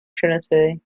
trinity